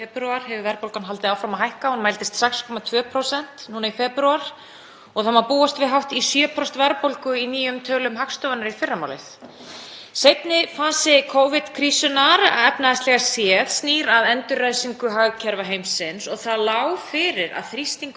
Seinni fasi Covid-krísunnar efnahagslega séð snýr að endurræsingu hagkerfa heimsins og það lá fyrir að þrýstingur myndi skapast á hrávörumörkuðum vegna þessa. Eins hafa verið merki um þrýsting á íbúðamarkaði hér heima í marga mánuði. Margir vöruðu við þessu